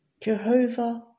Jehovah